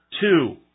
two